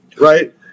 right